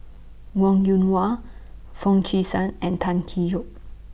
Wong Yoon Wah Foo Chee San and Tan Tee Yoke